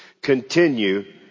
continue